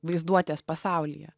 vaizduotės pasaulyje